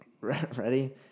Ready